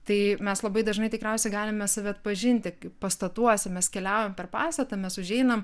tai mes labai dažnai tikriausiai galime save atpažinti pastatuose mes keliaujam per pastatą mes užeinam